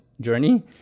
journey